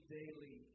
daily